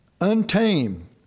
Untamed